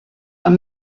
and